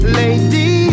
lady